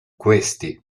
questi